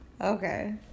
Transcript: Okay